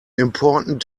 important